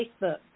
Facebook